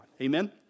Amen